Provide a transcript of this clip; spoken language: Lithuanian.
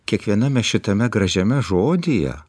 kiekviename šitame gražiame žodyje